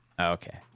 Okay